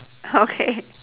okay